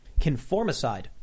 Conformicide